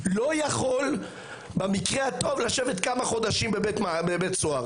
לא יכול במקרה הטוב לשבת כמה חודשים בבית סוהר,